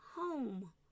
home